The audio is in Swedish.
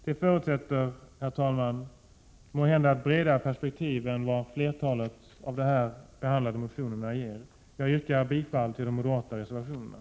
Det förutsätter måhända, herr talman, ett bredare perspektiv än vad flertalet av de här behandlade motionerna ger. Jag yrkar bifall till de moderata reservationerna.